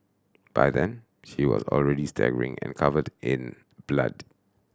by then she was already staggering and covered in blood